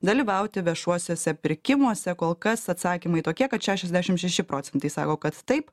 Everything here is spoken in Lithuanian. dalyvauti viešuosiuose pirkimuose kol kas atsakymai tokie kad šešiasdešim šeši procentai sako kad taip